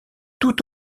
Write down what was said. tout